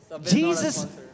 Jesus